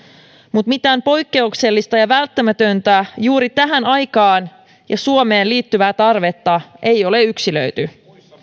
mutta mitään poikkeuksellista ja välttämätöntä juuri tähän aikaan ja suomeen liittyvää tarvetta ei ole yksilöity